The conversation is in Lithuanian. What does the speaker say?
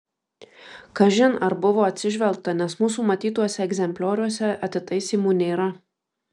kažin ar buvo atsižvelgta nes mūsų matytuose egzemplioriuose atitaisymų nėra